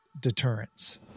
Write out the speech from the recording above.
deterrence